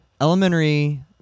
elementary